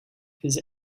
his